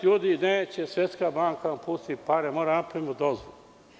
Ljudi, neće Svetska banka da pusti pare, moramo da napravimo dozvolu.